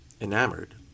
enamored